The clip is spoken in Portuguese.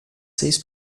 seis